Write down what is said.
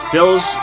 Bills